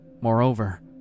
Moreover